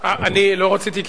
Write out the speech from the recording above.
אני לא רציתי,